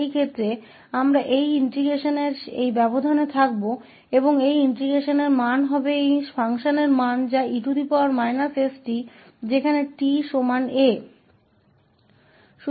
तो उस स्थिति में यह इंटीग्रेशन के इस अंतराल में निहित होगा और इस इंटीग्रेशन का मूल्य इस फ़ंक्शन का मान e st पर t के बराबर a के बराबर होने वाला है